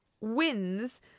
wins